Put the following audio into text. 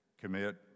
commit